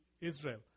Israel